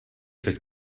teď